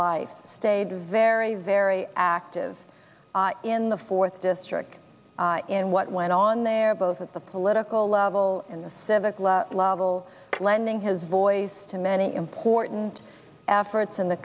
life stayed very very active in the fourth district in what went on there both at the political level and the civic level lending his voice to many important efforts in the